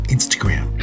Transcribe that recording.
Instagram